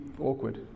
awkward